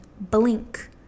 blink